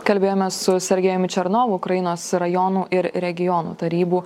kalbėjome su sergejumi černovu ukrainos rajonų ir regionų tarybų